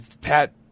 Pat